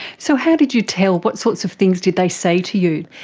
so how did you tell? what sorts of things did they say to you?